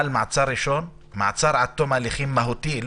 על מעצר ראשון, מעצר עד תום ההליכים מהותי.